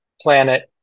planet